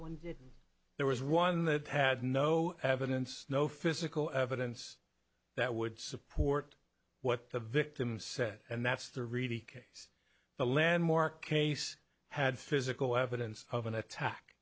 e if there was one that had no evidence no physical evidence that would support what the victim said and that's the really case the landmark case had physical evidence of an attack